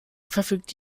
verfügt